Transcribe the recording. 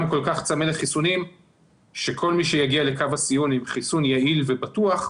כל כך צמא לחיסונים שכל מי שיגיע לקו הסיום עם חסיון יעיל ובטוח,